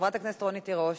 חברת הכנסת רונית תירוש,